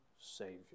Savior